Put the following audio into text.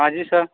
हॅं जी सर